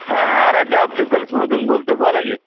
हा आराध्ये ऑप्टिकल्समधून बोलतो आहे बोला की